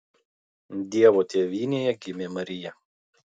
dievo tėvynėje gimė marija